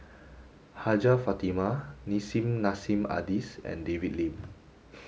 Hajjah Fatimah Nissim Nassim Adis and David Lim